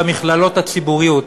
ושל המכללות הציבוריות,